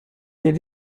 did